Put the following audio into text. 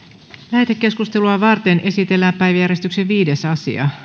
lähetekeskustelua varten esitellään päiväjärjestyksen viides asia